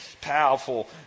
powerful